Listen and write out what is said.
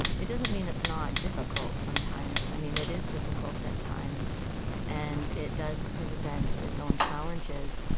it doesn't mean it's not difficult sometimes. i mean, it is difficult at times and it does present its own challenges.